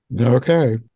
Okay